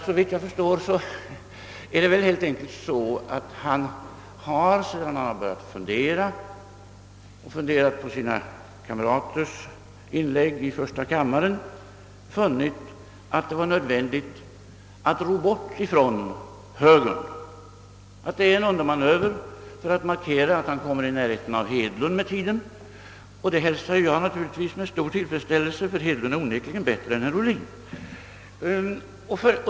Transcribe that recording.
Såvitt jag förstår är det väl helt enkelt så att han, sedan han börjat fundera på sina partikamraters inlägg i första kammaren, har funnit det nödvändigt att ro bort från högern. Det är en undanmanöver för att markera att han med tiden kommer i närheten av herr Hedlund, och det hälsar jag naturligtvis med stor. tillfredställelse, ty herr Hedlund är onekligen bättre än herr Ohlin.